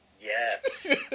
Yes